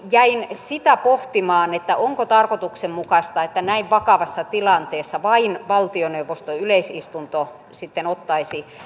jäin sitä pohtimaan onko tarkoituksenmukaista että näin vakavassa tilanteessa vain valtioneuvoston yleisistunto sitten ottaisi